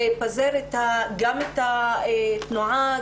לפזר גם את התנועה,